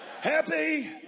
Happy